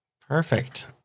Perfect